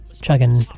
chugging